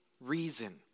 reason